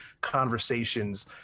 conversations